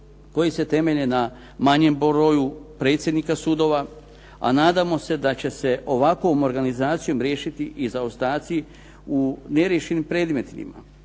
koji se temelje na manjem broju predsjednika sudova, a nadamo se da će se ovakvom organizacijom riješiti i zaostaci u neriješenim predmetima,